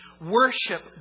Worship